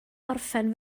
orffen